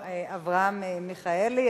אברהם מיכאלי,